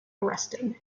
arrested